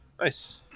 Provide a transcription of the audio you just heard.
Nice